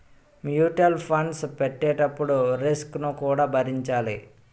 mutual funds పెట్టేటప్పుడు risk ను కూడా భరించాలి